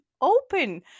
open